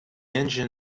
engine